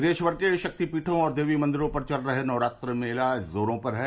प्रदेश भर के शक्तिपीठों और देवी मंदिरों पर चल रहे नवरात्र मेला जोरों पर है